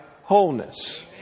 wholeness